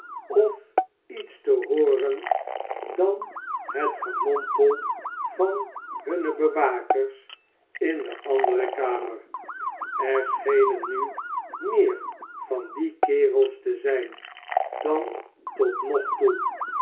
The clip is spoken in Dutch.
of iets te hooren dan het gernompel van hunne bewakers in de andere kafner er schenen hu meer van die kerels te zijn dan tot nog toe